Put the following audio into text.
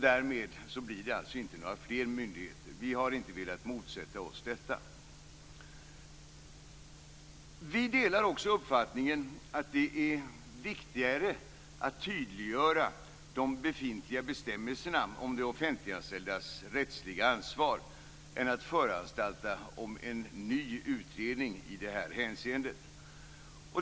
Därmed blir det alltså inte några fler myndigheter. Vi har inte velat motsätta oss detta. Vi delar också uppfattningen att det är viktigare att tydliggöra de befintliga bestämmelserna om de offentliganställdas rättsliga ansvar än att föranstalta om en ny utredning i detta hänseende.